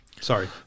sorry